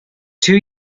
two